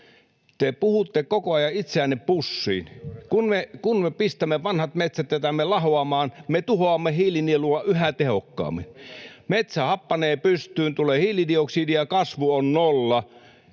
te puhutte koko ajan itseänne pussiin. Kun me vanhat metsät jätämme lahoamaan, me tuhoamme hiilinielua yhä tehokkaammin. [Petri Huru: Juuri näin!] Metsä happanee pystyyn, tulee hiilidioksidia, ja kasvu on nolla.